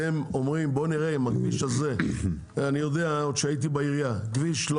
אתם אומרים: "בואו נראה אם הכביש הזה הוא כביש לא